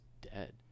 dead